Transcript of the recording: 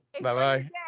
Bye-bye